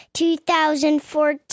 2014